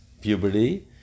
puberty